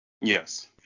Yes